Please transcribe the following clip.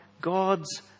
God's